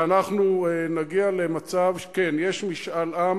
ואנחנו נגיע למצב, כן, יש משאל עם